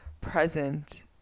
present